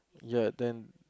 ya then